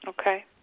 Okay